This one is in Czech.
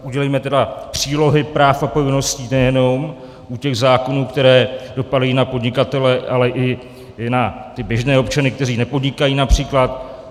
Udělejme přílohy práv a povinností nejenom u těch zákonů, které dopadají na podnikatele, ale i na ty běžné občany, kteří nepodnikají například.